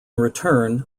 return